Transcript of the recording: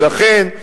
ולכן,